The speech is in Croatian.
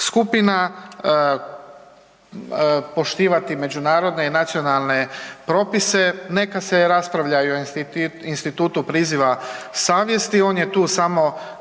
skupina, poštivati međunarodne i nacionalne propise. Neka se raspravljaju o institutu priziva savjesti, on je tu samo